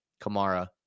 Kamara